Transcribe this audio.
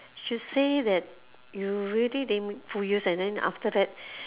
she'll say that you really didn't make full use and then after that